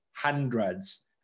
hundreds